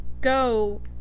go